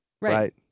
Right